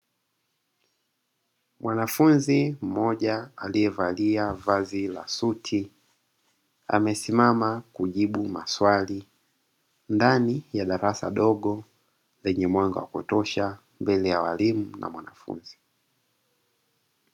Mwanafunzi mmoja aliyevalia vazi la suti amesimama kujibu maswali, ndani ya darasa dogo lenye mwanga wa kutosha, mbele ya walimu na wanafunzi.